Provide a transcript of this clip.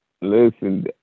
listen